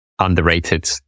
Underrated